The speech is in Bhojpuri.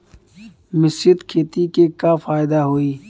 मिश्रित खेती से का फायदा होई?